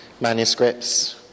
manuscripts